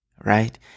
right